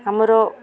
ଆମର